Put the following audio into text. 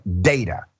data